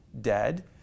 dead